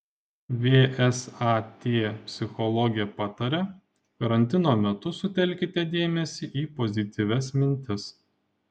vsat psichologė pataria karantino metu sutelkite dėmesį į pozityvias mintis